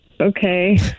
okay